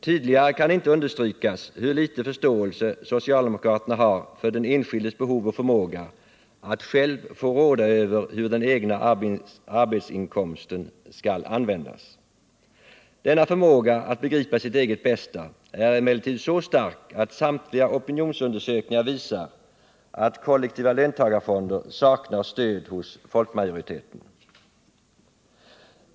Tydligare kan det inte understrykas hur litet förståelse socialdemokraterna har för den enskildes behov och förmåga att själv få råda över hur den egna arbetsinkomsten skall användas. Denna förmåga att begripa sitt eget bästa är emellertid så stark att samtliga opinionsundersökningar visar att kollektiva löntagarfonder saknar stöd hos folkmajoriteten.